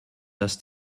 dass